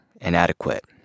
inadequate